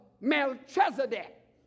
Melchizedek